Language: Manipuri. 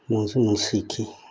ꯅꯨꯡꯁꯨ ꯅꯨꯡꯁꯤꯈꯤ